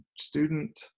student